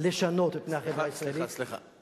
לשנות את פני החברה הישראלית, סליחה.